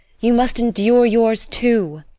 you must endure yours, too.